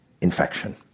infection